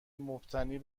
مبتنی